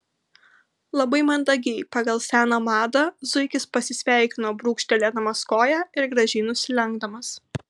labai mandagiai pagal seną madą zuikis pasisveikino brūkštelėdamas koja ir gražiai nusilenkdamas